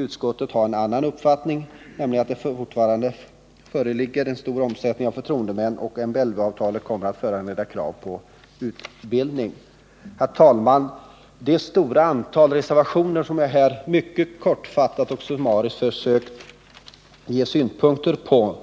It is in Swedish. Utskottet menar att det fortfarande föreligger en stor omsättning på förtroendemän och att MBL-avtalet kommer att föranleda krav på utbildning. Herr talman! Det stora antalet reservationer som jag mycket kortfattat har försökt att kommentera